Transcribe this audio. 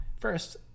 First